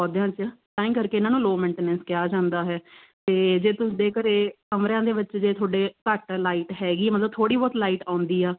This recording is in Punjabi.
ਪੌਦਿਆਂ 'ਚ ਤਾਂ ਹੀ ਕਰਕੇ ਇਹਨਾਂ ਨੂੰ ਲੋ ਮੈਂਟੇਨੈਂਸ ਕਿਹਾ ਜਾਂਦਾ ਹੈ ਅਤੇ ਜੇ ਤੁਹਾਡੇ ਘਰੇ ਕਮਰਿਆਂ ਦੇ ਵਿੱਚ ਜੇ ਤੁਹਾਡੇ ਘੱਟ ਲਾਈਟ ਹੈਗੀ ਮਤਲਬ ਥੋੜ੍ਹੀ ਬਹੁਤ ਲਾਈਟ ਆਉਂਦੀ ਆ